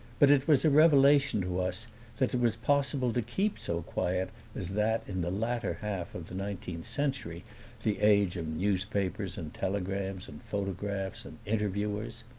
but it was a revelation to us that it was possible to keep so quiet as that in the latter half of the nineteenth century the age of newspapers and telegrams and photographs and interviewers.